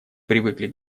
привыкли